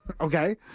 Okay